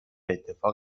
اتفاق